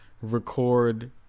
Record